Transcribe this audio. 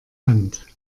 hand